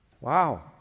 Wow